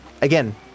Again